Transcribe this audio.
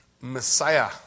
Messiah